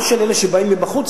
לא של אלה שבאים מבחוץ,